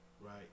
right